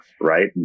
right